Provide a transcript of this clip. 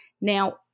Now